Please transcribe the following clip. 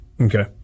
Okay